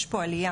יש פה עלייה,